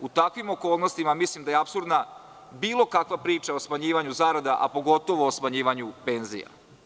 U takvim okolnostima mislim da je apsurdna bilo kakva priča o smanjivanju zarada, a pogotovo o smanjivanju penzija.